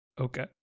Okay